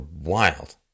wild